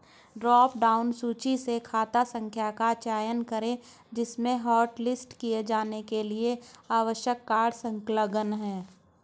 drop down सूची से खाता संख्या का चयन करें जिसमें हॉटलिस्ट किए जाने के लिए आवश्यक कार्ड संलग्न है